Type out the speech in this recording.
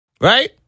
Right